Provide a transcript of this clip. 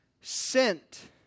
sent